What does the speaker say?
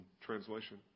translation